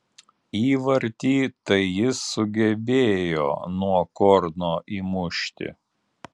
įvartį tai jis sugebėjo nuo korno įmušti